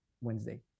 wednesday